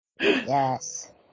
Yes